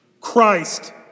Christ